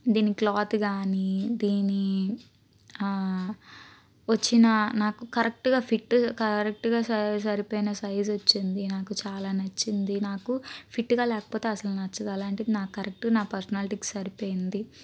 దీని క్లాత్ కానీ దీని వచ్చిన నాకు కరెక్టుగా ఫిట్ కరెక్టుగా స సరిపోయిన సైజ్ వచ్చింది నాకు చాలా నచ్చింది నాకు ఫిట్గా లేకపోతే అస్సలు నచ్చదు అలాంటిది నాకు కరెక్ట్ నా పర్సనాలిటీకి సరిపోయింది